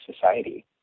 society